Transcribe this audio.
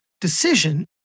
decision